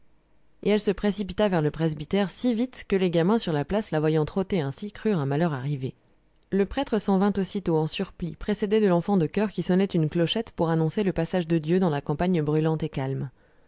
et elle se précipita vers le presbytère si vite que les gamins sur la place la voyant trotter ainsi crurent un malheur arrivé le prêtre s'en vint aussitôt en surplis précédé de l'enfant de choeur qui sonnait une clochette pour annoncer le passage de dieu dans la campagne brûlante et calme